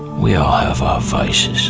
we all have our vices